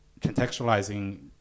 contextualizing